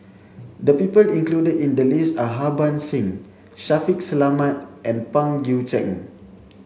the people included in the list are Harbans Singh Shaffiq Selamat and Pang Guek Cheng